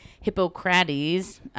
Hippocrates